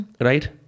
right